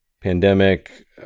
pandemic